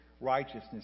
righteousness